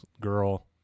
girl